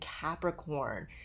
capricorn